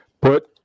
Put